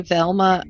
Velma